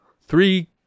three